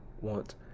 want